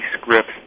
scripts